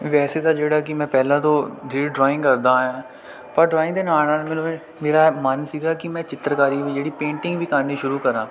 ਵੈਸੇ ਤਾਂ ਜਿਹੜਾ ਕਿ ਮੈਂ ਪਹਿਲਾਂ ਤੋਂ ਜਿਹੜੀ ਡਰਾਇੰਗ ਕਰਦਾ ਆਇਆ ਹਾਂ ਪਰ ਡਰਾਇੰਗ ਦੇ ਨਾਲ ਨਾਲ ਮੈਨੂੰ ਮੇਰਾ ਮਨ ਸੀਗਾ ਕਿ ਮੈਂ ਚਿੱਤਰਕਾਰੀ ਵੀ ਜਿਹੜੀ ਪੇਂਟਿੰਗ ਵੀ ਕਰਨੀ ਸ਼ੁਰੂ ਕਰਾਂ